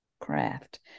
craft